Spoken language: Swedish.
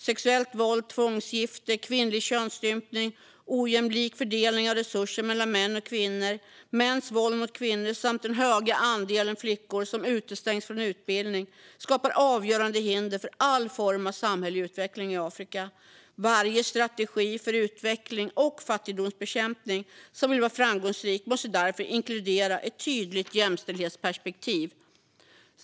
Sexuellt våld, tvångsgifte, kvinnlig könsstympning, ojämlik fördelning av resurser mellan män och kvinnor, mäns våld mot kvinnor och den höga andelen flickor som utestängs från utbildning skapar avgörande hinder för all form av samhällelig utveckling i Afrika. Varje strategi för utveckling och fattigdomsbekämpning som vill vara framgångsrik måste därför inkludera ett tydligt jämställdhetsperspektiv.